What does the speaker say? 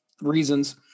reasons